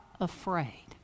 afraid